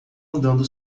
andando